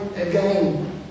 again